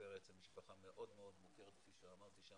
משפחת פרץ הם משפחה מאוד מאוד מוכרת כפי שאמרתי,